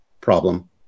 problem